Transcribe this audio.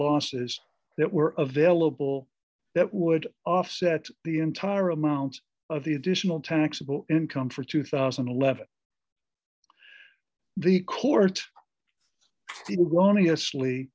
losses that were available that would offset the entire amount of the additional taxable income for two thousand and eleven the court only asl